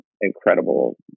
incredible